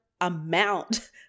amount